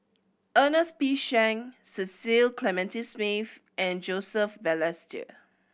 Ernest P Shank Cecil Clementi Smith and Joseph Balestier